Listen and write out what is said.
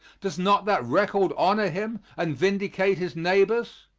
does not that record honor him and vindicate his neighbors?